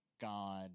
God